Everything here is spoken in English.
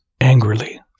angrily